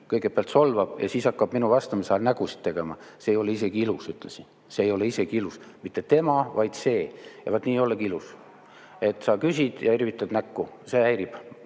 kõigepealt solvab ja siis hakkab minu vastamise ajal nägusid tegema, see ei ole isegi ilus, ütlesin. See ei ole isegi ilus. Mitte tema, vaid see. Ja vot nii ei olegi ilus, kui sa küsid ja irvitad näkku. See häirib,